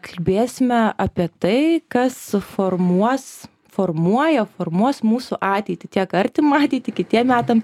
kalbėsime apie tai kas suformuos formuoja formuos mūsų ateitį tiek artimą ateitį kitiem metam